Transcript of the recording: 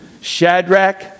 Shadrach